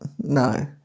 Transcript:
no